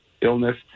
illness